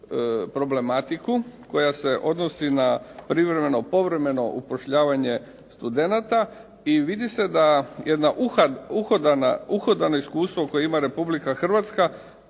problematiku koja se odnosi na privremeno povremeno upošljavanje studenata i vidi se da jedno uhodano iskustvo koje ima Republika Hrvatska